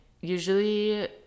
usually